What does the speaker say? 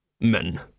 Men